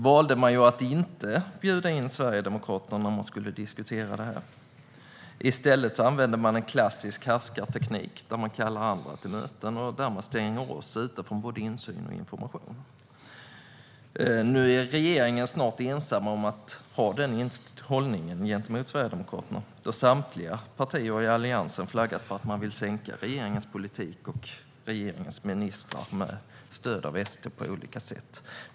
Man har valt att inte bjuda in Sverigedemokraterna till diskussioner. I stället använder man en klassisk härskarteknik där man kallar andra till möten och stänger oss ute från insyn och information. Nu är regeringen snart ensam om att ha den hållningen gentemot Sverigedemokraterna. Samtliga partier i Alliansen har flaggat för att man med stöd av SD på olika sätt vill sänka regeringens politik och regeringens ministrar.